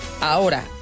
Ahora